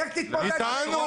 לך תתמודד --- איתנו?